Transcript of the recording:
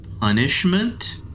punishment